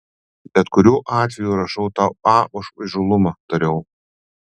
bet kuriuo atveju rašau tau a už įžūlumą tariau